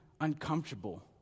uncomfortable